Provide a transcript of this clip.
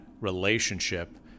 relationship